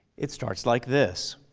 it starts like this,